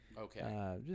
Okay